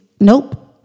Nope